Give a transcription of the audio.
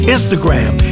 Instagram